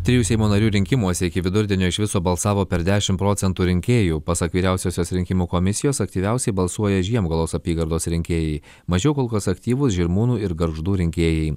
trijų seimo narių rinkimuose iki vidurdienio iš viso balsavo per dešimt procentų rinkėjų pasak vyriausiosios rinkimų komisijos aktyviausiai balsuoja žiemgalos apygardos rinkėjai mažiau kol kas aktyvūs žirmūnų ir gargždų rinkėjai